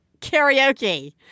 karaoke